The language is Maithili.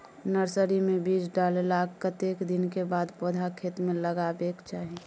नर्सरी मे बीज डाललाक कतेक दिन के बाद पौधा खेत मे लगाबैक चाही?